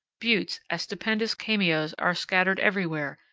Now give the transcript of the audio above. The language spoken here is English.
buttes, as stupendous cameos, are scattered everywhere,